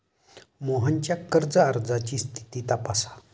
मोहनच्या कर्ज अर्जाची स्थिती तपासा